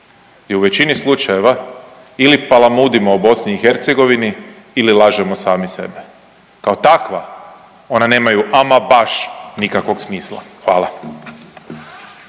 i u većini slučajeva ili palamudimo o BiH ili lažemo sami sebe. Kao takva, ona nemaju ama baš nikakvog smisla. Hvala.